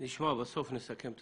וכמה שיותר בתי